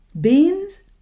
beans